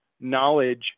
knowledge